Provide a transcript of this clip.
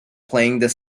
playing